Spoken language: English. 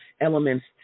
elements